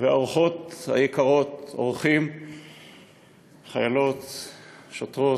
והאורחות היקרות, אורחים, חיילות, שוטרות,